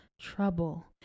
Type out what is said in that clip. trouble